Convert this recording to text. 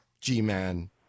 G-man